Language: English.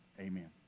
Amen